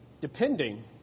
depending